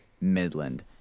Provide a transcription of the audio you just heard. Midland